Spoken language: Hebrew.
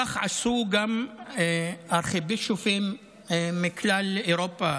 כך עשו גם הארכיבישופים מכלל אירופה,